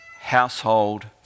household